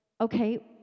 okay